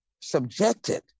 subjected